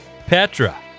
Petra